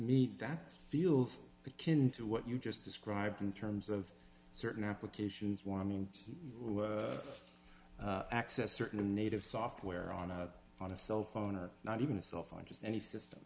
me that feels a kin to what you just described in terms of certain applications what i mean who access certain native software on a on a cellphone or not even a cell phone just any system